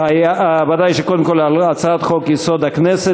ודאי שקודם כול על הצעת חוק-יסוד: הכנסת